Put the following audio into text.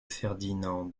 ferdinand